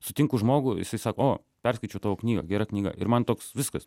sutinku žmogų jisai sako o perskaičiau tavo knygą gera knyga ir man toks viskas